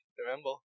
remember